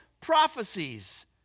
prophecies